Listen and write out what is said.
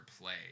play